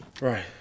Right